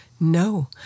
no